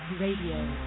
Radio